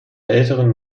älteren